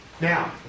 Now